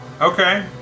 Okay